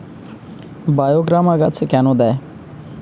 বায়োগ্রামা গাছে কেন দেয়?